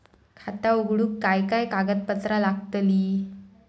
खाता उघडूक काय काय कागदपत्रा लागतली?